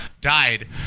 died